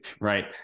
Right